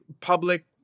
public